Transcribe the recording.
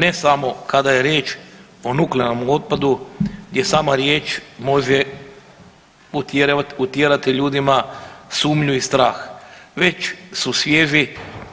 Ne samo kada je riječ o nuklearnom otpadu gdje sama riječ može utjerati ljudima sumnju i strah već su svježi